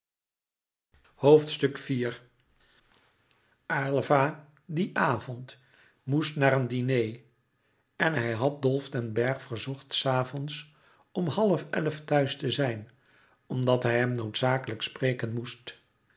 aylva dien avond moest naar een diner en hij had dolf den bergh verzocht s avonds om half elf thuis te zijn omdat hij hem noodzakelijk spreken moest